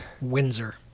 Windsor